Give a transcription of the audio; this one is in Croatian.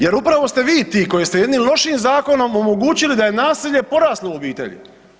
Jer upravo ste vi ti koji ste jednim lošim zakonom omogućili da je nasilje poraslo u obitelji.